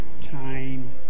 time